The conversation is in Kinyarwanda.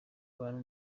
bantu